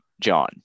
John